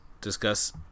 discuss